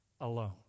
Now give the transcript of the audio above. alone